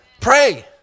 Pray